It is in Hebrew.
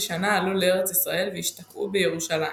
שנה עלו לארץ ישראל והשתקעו בירושלים.